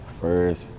First